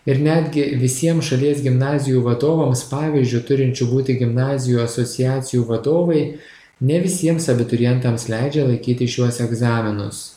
ir netgi visiem šalies gimnazijų vadovams pavyzdžiu turinčių būti gimnazijų asociacijų vadovai ne visiems abiturientams leidžia laikyti šiuos egzaminus